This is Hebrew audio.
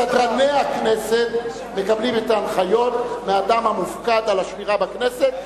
סדרני הכנסת מקבלים את ההנחיות מהאדם המופקד על השמירה בכנסת,